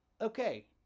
Okay